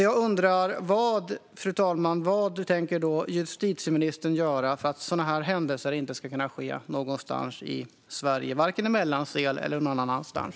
Jag undrar därför vad justitieministern tänker göra för att sådana händelser inte ska kunna ske någonstans i Sverige, vare sig i Mellansel eller någon annanstans.